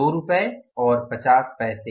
2 रुपये और 50 पैसे